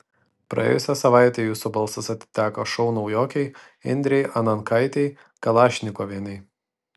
praėjusią savaitę jūsų balsas atiteko šou naujokei indrei anankaitei kalašnikovienei